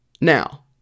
Now